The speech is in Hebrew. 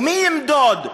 מי ימדוד,